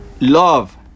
love